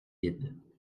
vides